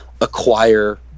acquire